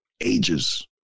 ages